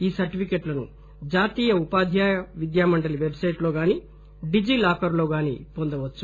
ఆ సర్టిఫికెట్లను జాతీయ ఉపాధ్భాయ విద్యా మండలి వెబ్ సైట్ లో గానీ డిజి లాకర్ లో గానీ పొందవచ్చు